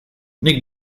nik